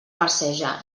marceja